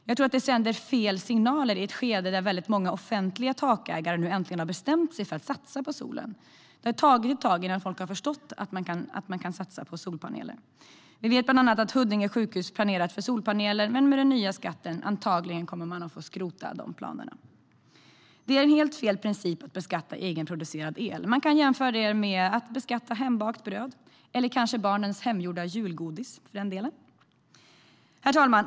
Jag tror att det sänder fel signaler i ett skede där många offentliga takägare äntligen har bestämt sig för att satsa på solen. Det har tagit ett tag innan folk har förstått att man kan satsa på solpaneler. Vi vet att Huddinge sjukhus planerat för solpaneler, men med den nya skatten kommer man antagligen att få skrota de planerna. Det är helt fel princip att beskatta egenproducerad el. Man kan jämföra det med att beskatta hembakat bröd eller kanske barnens hemgjorda julgodis. Herr talman!